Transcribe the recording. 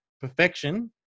perfection